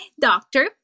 doctor